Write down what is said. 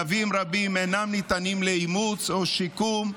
כלבים רבים אינם ניתנים לאימוץ או שיקום,